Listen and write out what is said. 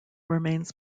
remains